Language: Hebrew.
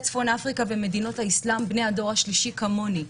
צפון אפריקה ומדינות האסלאם בני הדור השלישי כמוני?